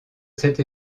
cette